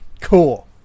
cool